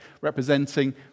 representing